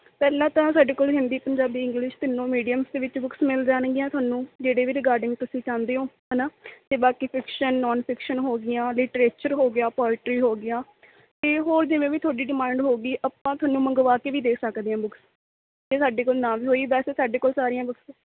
ਪਹਿਲਾਂ ਤਾਂ ਸਾਡੇ ਕੋਲ ਹਿੰਦੀ ਪੰਜਾਬੀ ਇੰਗਲਿਸ਼ ਤਿੰਨੋਂ ਮੀਡੀਅਮਸ ਦੇ ਵਿੱਚ ਬੁੱਕਸ ਮਿਲ ਜਾਣਗੀਆਂ ਤੁਹਾਨੂੰ ਜਿਹੜੇ ਵੀ ਰਿਗਾਰਡਿੰਗ ਤੁਸੀਂ ਚਾਹੁੰਦੇ ਹੋ ਹੈ ਨਾ ਅਤੇ ਬਾਕੀ ਫਿਕਸ਼ਨ ਨੌਨ ਫਿਕਸ਼ਨ ਹੋਗੀਆਂ ਲਿਟਰੇਚਰ ਹੋ ਗਿਆ ਪੋਇਟਰੀ ਹੋਗੀਆਂ ਅਤੇ ਹੋਰ ਜਿਵੇਂ ਵੀ ਤੁਹਾਡੀ ਡਿਮਾਂਡ ਹੋਉਗੀ ਆਪਾਂ ਤੁਹਾਨੂੰ ਮੰਗਵਾ ਕੇ ਵੀ ਦੇ ਸਕਦੇ ਹਾਂ ਬੁੱਕਸ ਜੇ ਸਾਡੇ ਕੋਲ ਨਾ ਵੀ ਹੋਈ ਵੈਸੇ ਸਾਡੇ ਕੋਲ ਸਾਰੀਆਂ ਬੁੱਕਸ